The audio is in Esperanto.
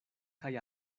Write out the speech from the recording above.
kaj